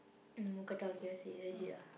mookata or K_F_C legit ah